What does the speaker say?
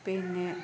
പിന്നെ